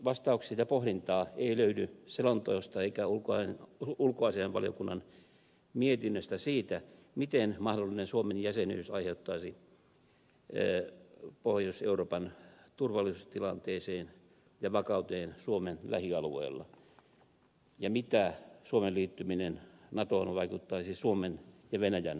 vastauksia ja pohdintaa ei löydy selonteosta eikä ulkoasiainvaliokunnan mietinnöstä siitä mitä mahdollinen suomen jäsenyys aiheuttaisi pohjois euroopan turvallisuustilanteeseen ja vakauteen suomen lähialueilla ja mitä suomen liittyminen natoon aiheuttaisi suomen ja venäjän suhteisiin